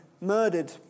murdered